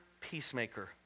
peacemaker